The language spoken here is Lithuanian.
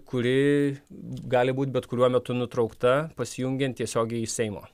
kuri gali būt bet kuriuo metu nutraukta pasijungiant tiesiogiai iš seimo